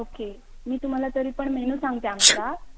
okay मी तुम्हाला तरी पण मेनू सांगते आमचा